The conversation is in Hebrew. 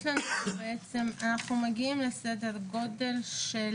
אנחנו מגיעים לסדר גודל של